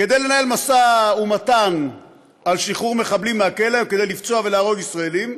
כדי לנהל משא ומתן על שחרור מחבלים מהכלא וכדי לפצוע ולהרוג ישראלים,